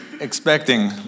expecting